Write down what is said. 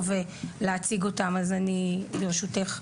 ברשותך.